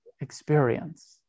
experience